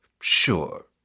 sure